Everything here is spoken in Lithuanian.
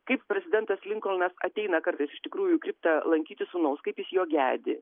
kaip prezidentas linkolnas ateina kartais iš tikrųjų į kriptą lankyti sūnaus kaip jis jo gedi